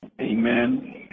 Amen